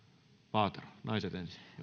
paatero naiset